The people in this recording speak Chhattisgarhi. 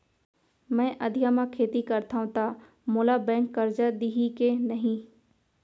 मैं अधिया म खेती करथंव त मोला बैंक करजा दिही के नही?